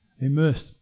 immersed